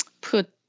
put